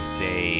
say